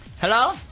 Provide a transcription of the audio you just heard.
Hello